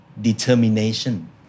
determination